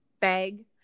bag